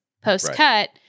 post-cut –